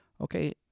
okay